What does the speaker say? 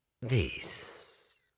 this